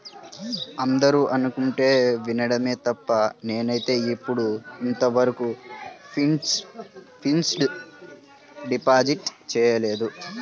అందరూ అనుకుంటుంటే వినడమే తప్ప నేనైతే ఎప్పుడూ ఇంతవరకు ఫిక్స్డ్ డిపాజిట్ చేయలేదు